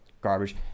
garbage